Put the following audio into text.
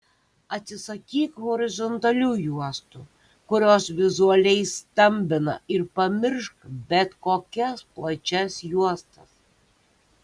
atsisakyk horizontalių juostų kurios vizualiai stambina ir pamiršk bet kokias plačias juostas